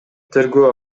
тергөө